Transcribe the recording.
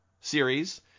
series